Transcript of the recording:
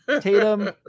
Tatum